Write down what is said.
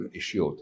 issue